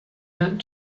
meant